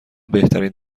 بهترین